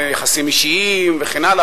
מיחסים אישיים וכן הלאה,